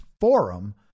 Forum